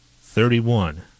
Thirty-one